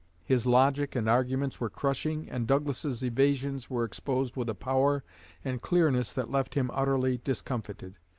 his logic and arguments were crushing, and douglas's evasions were exposed with a power and clearness that left him utterly discomfited.